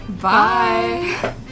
Bye